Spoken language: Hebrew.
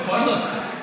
בכל זאת,